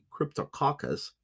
Cryptococcus